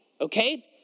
okay